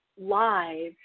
live